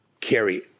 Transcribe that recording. carry